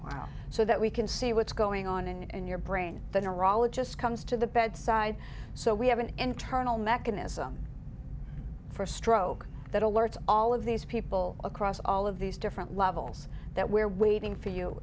well so that we can see what's going on and your brain the neurologist comes to the bedside so we have an internal mechanism for stroke that alerts all of these people across all of these different levels that we're waiting for you